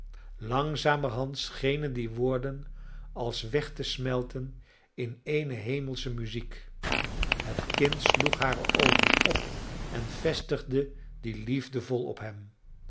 langzamerhand schenen die woorden als weg te smelten in eene hemelsche muziek het kind sloeg hare oogen op en vestigde die liefdevol op hem